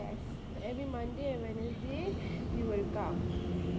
yes every monday and wednesday you will come